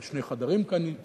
ושני חדרים קטנים,